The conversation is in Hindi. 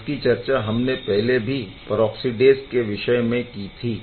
जिसकी चर्चा हमने पहले भी परऑक्सीडेस के विषय में की थी